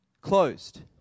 closed